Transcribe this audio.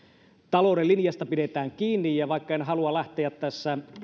talouden linjasta pidetään kiinni ja vaikka en halua lähteä tässä